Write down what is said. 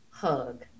Hug